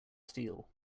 steel